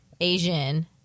Asian